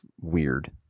weird